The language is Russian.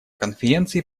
конференции